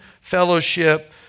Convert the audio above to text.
fellowship